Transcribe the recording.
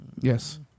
Yes